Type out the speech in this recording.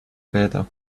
better